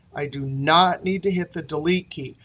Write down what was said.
i do not need to hit the delete key.